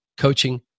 coaching